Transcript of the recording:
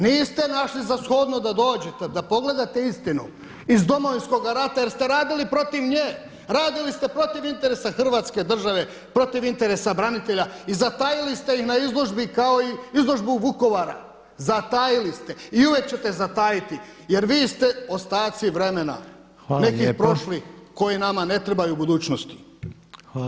Niste našli za shodno da dođete, da pogledate istinu iz Domovinskoga rata jer ste radili protiv nje, radili ste protiv interesa Hrvatske države, protiv interesa branitelja i zatajili ste ih na izložbi kao i izložbu Vukovara, zatajili ste i uvijek ćete zatajiti jer vi ste ostaci vremena nekih prošlih [[Upadica Reiner: Hvala lijepa.]] koji nama ne trebaju u budućnosti.